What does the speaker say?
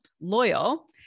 loyal